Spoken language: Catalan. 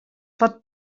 pot